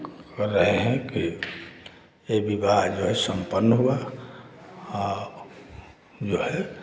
कर रहे हैं कि यह विवाह जो है सम्पन्न हुआ और जो है